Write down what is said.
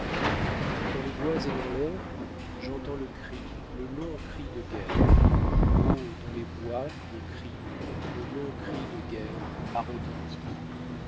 dans les bois et dans l'air j'entends le cri le long cri de guerre oh dans les bois le cri le long cri de guerre a retenti